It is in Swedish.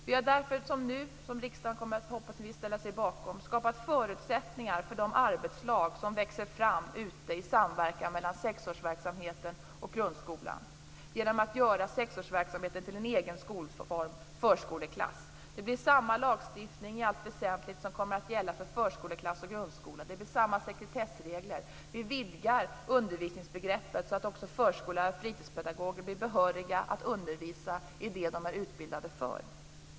Vi har därför - något som riksdagen, hoppas vi, kommer att ställa sig bakom - skapat förutsättningar för de arbetslag som växer fram i samverkan mellan sexårsverksamheten och grundskolan. Det har vi gjort genom att göra sexårsverksamheten till en egen skolform; förskoleklass. Det blir i allt väsentligt samma lagstiftning som kommer att gälla för förskoleklass som för grundskola. Det blir samma sekretessregler. Vi vidgar undervisningsbegreppet så att också förskollärare och fritidspedagoger blir behöriga att undervisa i det de är utbildade för.